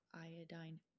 iodine